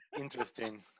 Interesting